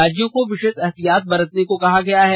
राज्यों को विशेष एहतियात बरतने को कहा गया है